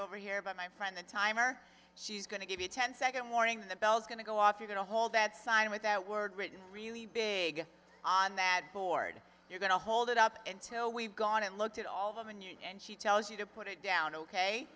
over here by my friend the timer she's going to give you ten second warning bells going to go off you're going to hold that sign with that word written really big on that board you're going to hold it up until we've gone and looked at all of a minute and she tells you to put it down ok